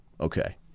okay